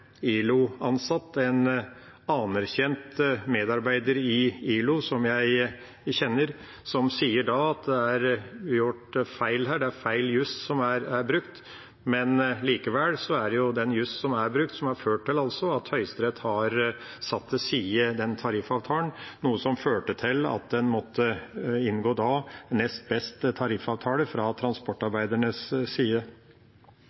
at det er brukt feil jus. Likevel er det den jusen som er brukt, som har ført til at Høyesterett har satt til side tariffavtalen, noe som førte til at en måtte inngå en nest best tariffavtale